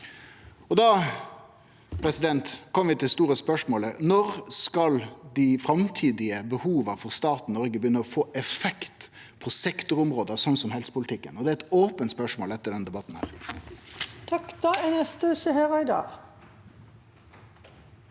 Da kjem vi til det store spørsmålet: Når skal dei framtidige behova til staten Noreg begynne å få effekt på sektorområde, som helsepolitikken? Det er eit ope spørsmål etter denne debatten.